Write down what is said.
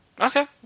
Okay